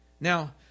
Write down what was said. Now